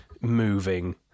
moving